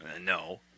no